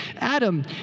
Adam